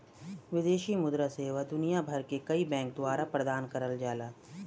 विदेशी मुद्रा सेवा दुनिया भर के कई बैंक द्वारा प्रदान करल जाला